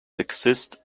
exist